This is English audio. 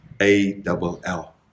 A-double-L